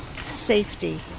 Safety